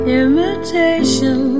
imitation